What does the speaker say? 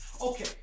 Okay